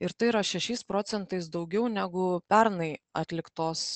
ir tai yra šešiais procentais daugiau negu pernai atliktos